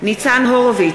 נגד עמר בר-לב,